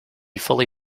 fully